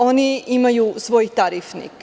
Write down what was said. Oni imaju svoj tarifnik.